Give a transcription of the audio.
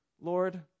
Lord